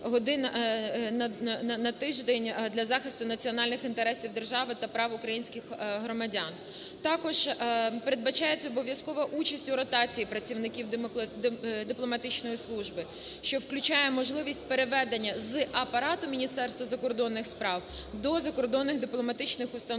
на тиждень для захисту національних інтересів держави та прав українських громадян. Також передбачається обов'язкова участь у ротації працівників дипломатичної служби, що включає можливість переведення з апарату Міністерства закордонних справ до закордонних дипломатичних установ